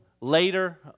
later